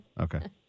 Okay